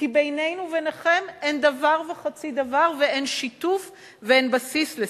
כי בינינו לביניכם אין דבר וחצי דבר ואין שיתוף ואין בסיס לשיחה.